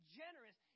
generous